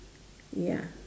ya